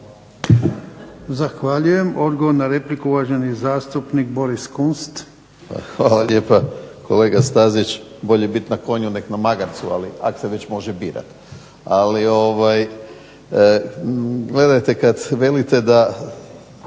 Zahvaljujem. Odgovor na repliku, uvaženi zastupnik Boris Kunst. **Kunst, Boris (HDZ)** Hvala lijepa. Kolega Stazić, bolje bit na konju nego na magarcu, ak' se već može birat. Ali gledajte, kad velite da